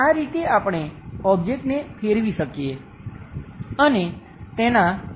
આ રીતે આપણે ઓબ્જેક્ટને ફેરવી શકીએ અને અને તેના દેખાવ જોઈ શકીએ